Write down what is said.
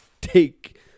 take